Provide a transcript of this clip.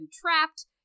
trapped